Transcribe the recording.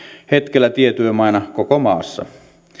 hetkellä tietyömaina koko maassa